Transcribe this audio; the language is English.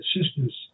assistants